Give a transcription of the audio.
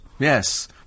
Yes